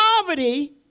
poverty